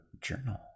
journal